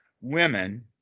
women